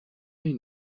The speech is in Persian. این